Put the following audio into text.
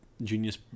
Genius